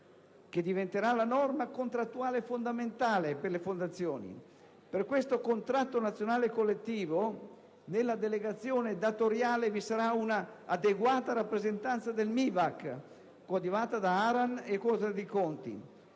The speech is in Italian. che diventerà la norma contrattuale fondamentale per le fondazioni. Per questo contratto nazionale collettivo nella delegazione datoriale vi sarà una adeguata rappresentanza del MIBAC, coadiuvata da ARAN e Corte dei conti.